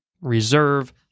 reserve